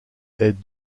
est